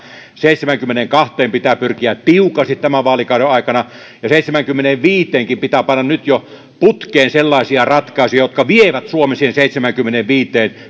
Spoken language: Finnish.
seitsemäänkymmeneenkahteen pitää pyrkiä tiukasti tämän vaalikauden aikana ja seitsemäänkymmeneenviiteenkin pitää panna nyt jo putkeen sellaisia ratkaisuja jotka vievät suomen siihen seitsemäänkymmeneenviiteen